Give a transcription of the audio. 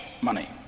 money